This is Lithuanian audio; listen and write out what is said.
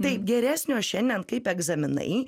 taip geresnio šiandien kaip egzaminai